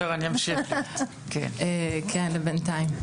כן, לבינתיים.